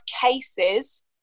cases